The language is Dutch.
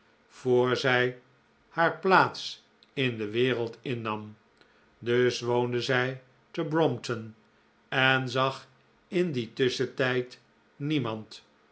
voor zij haar plaats in de wereld innam dus woonde zij te brompton en zag in dien tusschentijd niemand